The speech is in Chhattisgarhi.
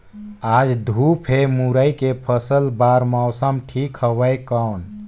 आज धूप हे मुरई के फसल बार मौसम ठीक हवय कौन?